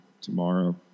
tomorrow